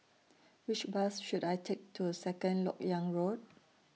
Which Bus should I Take to Second Lok Yang Road